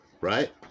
right